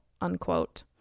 unquote